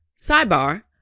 Sidebar